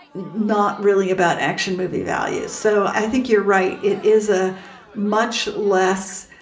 not really about action movie values. so i think you're right. it is a much less.